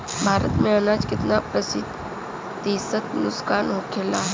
भारत में अनाज कितना प्रतिशत नुकसान होखेला?